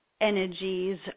energies